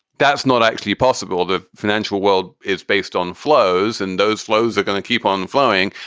that's not actually possible. the financial world is based on flows and those flows are going to keep on flowing.